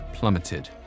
plummeted